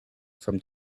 from